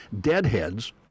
deadheads